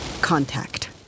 contact